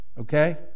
okay